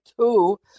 two